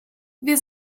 wir